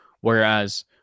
whereas